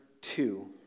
two